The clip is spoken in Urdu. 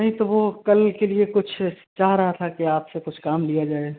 نہیں تو وہ کل کے لیے کچھ چاہ رہا تھا کہ آپ سے کچھ کام لیا جائے